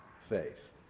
faith